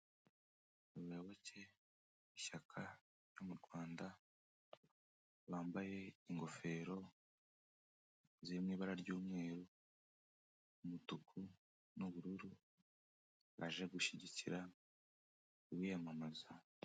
Abayoboke b'ishyaka ryo mu Rwanda bambaye ingofero ziri mu ibara ry'umweru, umutuku n'ubururu, baje gushyigikira uwiyamamaza.